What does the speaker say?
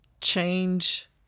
change